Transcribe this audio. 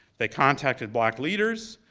they contacted black leaders.